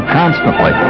constantly